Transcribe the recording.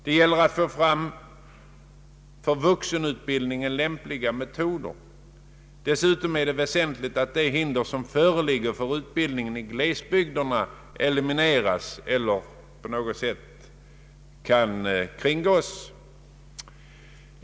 Det gäller att få fram för vuxenutbildningen lämpliga metoder. Dessutom är det väsentligt att de hinder som föreligger för utbildning i glesbygderna elimineras eller på något sätt kringgås.